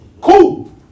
Cool